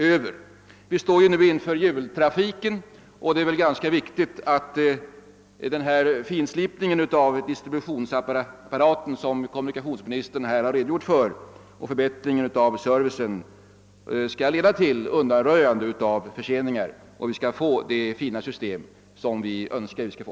Jultrafiken sätter nu snart in, och det är väl ganska viktigt att den finslipning av distributionsapparaten som kommunikationsministern redogjort för och förbättringen av servicen skall leda till undanröjande av förseningar, så att vi får det fina system som vi hoppas på.